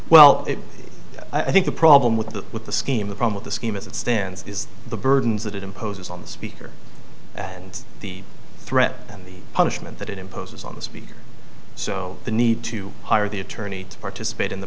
well i think the problem with the with the scheme the problem of the scheme as it stands is the burdens that it imposes on the speaker and the threat and the punishment that it imposes on the speaker so the need to hire the attorney to participate in the